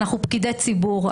אנחנו פקידי ציבור,